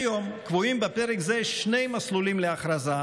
כיום קבועים בפרק זה שני מסלולים להכרזה.